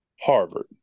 Harvard